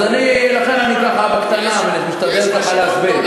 לכן אני בקטנה, משתדל להסביר.